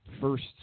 first